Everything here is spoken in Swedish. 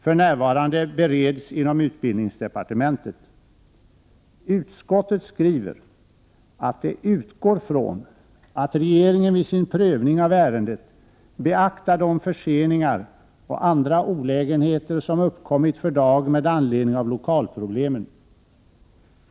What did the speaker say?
för närvarande bereds inom utbildningsdepartementet. Utskottet skriver att det utgår från att regeringen vid sin prövning av ärendet beaktar de förseningar och andra olägenheter som uppkommit för DAG med anledning av lokalproblemen.